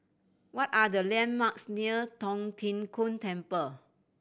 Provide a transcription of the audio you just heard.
what are the landmarks near Tong Tien Kung Temple